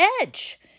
edge